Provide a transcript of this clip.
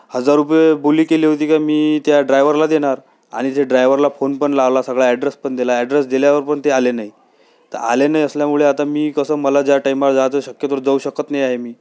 हजार रुपये बोली केली होती का मी त्या ड्रायव्हरला देणार आणि जे ड्रायव्हरला फोन पण लावला सगळा ॲड्रेस पण दिला ॲड्रेस दिल्यावर पण ते आले नाही तर आले नसल्यामुळे आता मी कसं मला ज्या टाइमला जायचं शक्यतोवर जाऊ शकत नाही आहे मी